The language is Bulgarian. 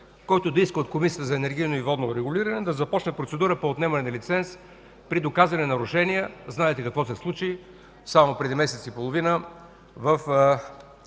който да иска от Държавната комисия за енергийно и водно регулиране да започне процедура по отнемане на лиценз при доказани нарушения. Знаете какво се случи само преди месец и половина